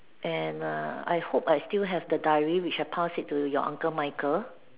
and err I hope I still have the diary which I pass it to your uncle Michael